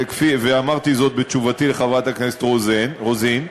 ואמרתי זאת בתשובתי לחברת הכנסת רוזין,